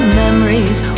memories